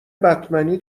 بتمنی